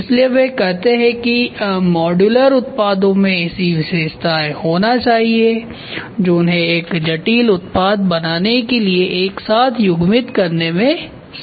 इसलिए वे कहते हैं कि मॉड्यूलर उत्पादों में ऐसी विशेषताएं होनी चाहिए जो उन्हें एक जटिल उत्पाद बनाने के लिए एक साथ युग्मित करने में सक्षम बनाती हैं